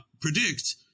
predict